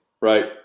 right